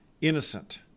innocent